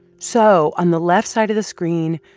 so on the left side of the screen,